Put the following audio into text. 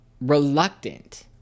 reluctant